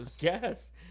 Yes